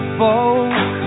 folk